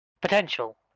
potential